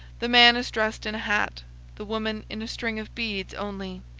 the man is dressed in a hat the woman, in a string of beads only.